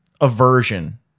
aversion